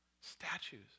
statues